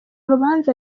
rubanza